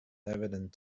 evident